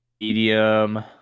medium